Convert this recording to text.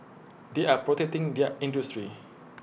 they are protecting their industry